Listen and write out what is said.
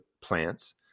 plants